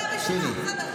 לא, בסדר.